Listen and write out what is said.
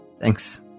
thanks